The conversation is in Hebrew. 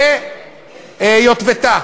ביטבתה,